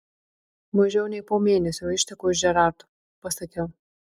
mažiau nei po mėnesio išteku už džerardo pasakiau